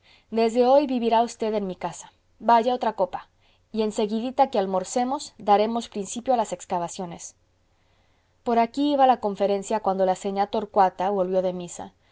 desde hoy vivirá usted en mi casa vaya otra copa y en seguidita que almorcemos daremos principio a las excavaciones por aquí iba la conferencia cuando la señá torcuata volvió de misa